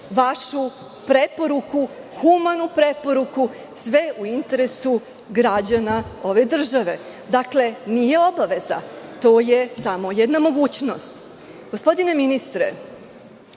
vašu preporuku, humanu preporuku, sve u interesu građana ove države? Dakle, nije obaveza, to je samo jedna mogućnost. Gospodine ministre,